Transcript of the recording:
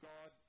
God